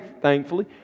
thankfully